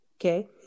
okay